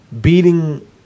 beating